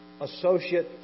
associate